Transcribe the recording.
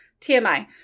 TMI